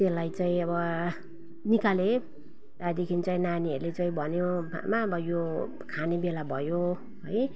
त्यसलाई चाहिँ अब निकालेँ त्यहाँदेखि चाहिँ नानीहरूले चाहिँ भन्यो आमा अब यो खाने बेला भयो है